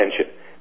attention